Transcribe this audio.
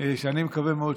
שאני מקווה מאוד,